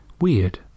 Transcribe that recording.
weird